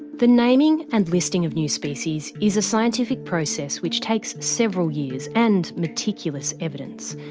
the naming and listing of new species is a scientific process which takes several years, and meticulous evidence.